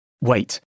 wait